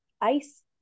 ice